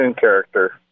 character